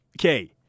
Okay